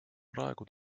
praegu